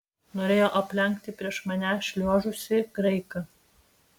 norėjau aplenkti prieš mane šliuožusį graiką